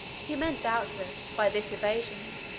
he meant, doubtless, by this evasion,